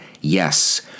Yes